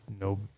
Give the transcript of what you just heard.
No